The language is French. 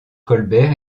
colbert